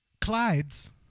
Clyde's